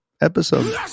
episode